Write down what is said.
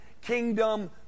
kingdom